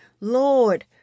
Lord